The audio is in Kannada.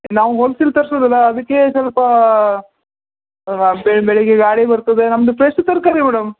ನಾವು ಹೊಲ್ಸೇಲ್ ತರ್ಸೋದಲ್ಲ ಅದಕ್ಕೆ ಸ್ವಲ್ಪ ಇಂದ ಬೆಳಗ್ಗೆ ಗಾಡಿ ಬರ್ತದೆ ನಮ್ದು ಫ್ರೆಶ್ ತರಕಾರಿ ಮೇಡಮ್